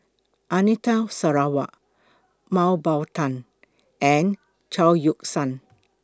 Anita Sarawak Mah Bow Tan and Chao Yoke San